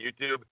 YouTube